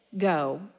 Go